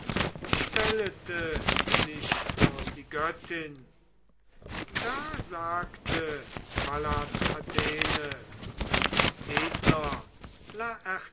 stellete sich vor die göttin da sagte pallas athene edler